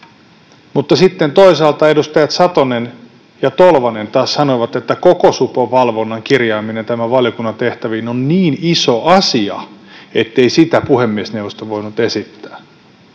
Mutta sitten toisaalta edustajat Satonen ja Tolvanen taas sanoivat, että koko supon valvonnan kirjaaminen tämän valiokunnan tehtäviin on niin iso asia, ettei sitä puhemiesneuvosto voinut esittää.